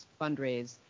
fundraise